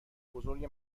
بزرگ